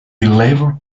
labour